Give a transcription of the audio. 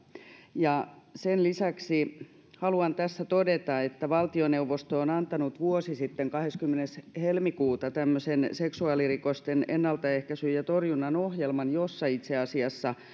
ja sen lisäksi haluan tässä todeta että valtioneuvosto on antanut vuosi sitten kahdeskymmenes helmikuuta tämmöisen seksuaalirikosten ennaltaehkäisyn ja torjunnan ohjelman jossa itse asiassa